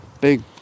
big